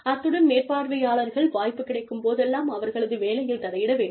அத்துடன் மேற்பார்வையாளர்கள் வாய்ப்பு கிடைக்கும் போதெல்லாம் அவர்களது வேலையில் தலையிட வேண்டும்